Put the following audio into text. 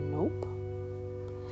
Nope